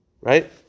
right